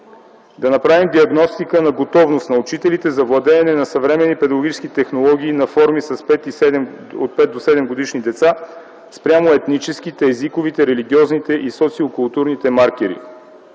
да направим диагностика на готовност на учителите за владеене на съвременни педагогически технологии и на форми с 5 - 7-годишни деца спрямо етническите, езиковите, религиозните и социокултурните маркери.